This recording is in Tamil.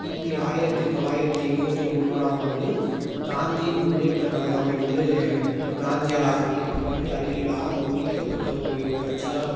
கிபி ஆயிரத்தி தொள்ளாயிரத்தி இருபத்தி மூன்றாம் ஆண்டு காந்தி முன்னேற்றக்கழகம் என்று காந்தியால் ஆரம்பிக்கப்பட்டது அதிலில் ஆரம் ஒலிக்கப்பட்ட ஒரு கட்சிதான்